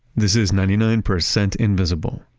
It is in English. this is ninety nine percent invisible.